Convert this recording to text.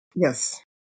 Yes